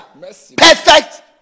Perfect